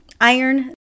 iron